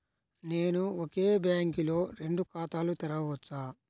నేను ఒకే బ్యాంకులో రెండు ఖాతాలు తెరవవచ్చా?